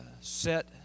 set